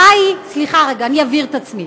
סליחה רגע, אני אבהיר את עצמי,